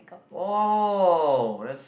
oh that's